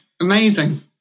Amazing